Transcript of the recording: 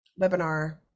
webinar